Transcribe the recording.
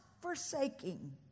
forsaking